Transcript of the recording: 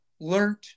learned